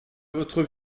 votre